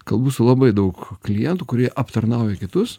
kalbu su labai daug klientų kurie aptarnauja kitus